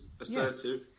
assertive